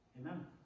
amen